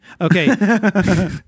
Okay